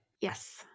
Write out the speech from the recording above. Yes